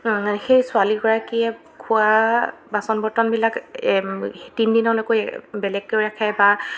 সেই ছোৱালীগৰাকীয়ে খোৱা বাচন বৰ্তনবিলাক তিনিদিনলৈকে বেলেগকৈ ৰাখে বা